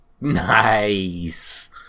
Nice